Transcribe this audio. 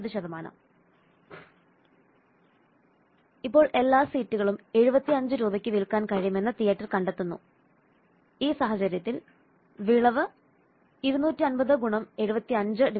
വരുമാനം 100×200 250×200 40 ഇപ്പോൾ എല്ലാ സീറ്റുകളും 75 രൂപയ്ക്ക് വിൽക്കാൻ കഴിയുമെന്ന് തിയേറ്റർ കണ്ടെത്തുന്നു ഈ സാഹചര്യത്തിൽ വിളവ് 250 ഗുണം 75 ഹരിക്കണം 250 ഗുണം 200 അതായത് 37